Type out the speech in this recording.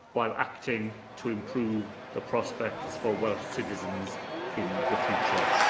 while acting to improve the prospects for welsh citizens in the future.